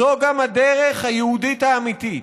זו גם הדרך היהודית האמיתית.